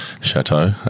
chateau